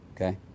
okay